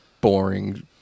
boring